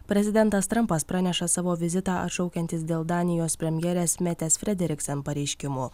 prezidentas trampas praneša savo vizitą atšaukiantis dėl danijos premjerės metės frederiksen pareiškimų